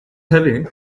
heavy